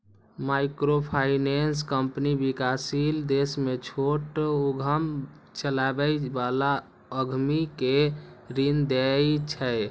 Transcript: microfinance company विकासशील देश मे छोट उद्यम चलबै बला उद्यमी कें ऋण दै छै